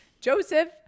Joseph